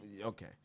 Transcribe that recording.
okay